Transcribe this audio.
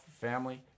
family